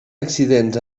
accidents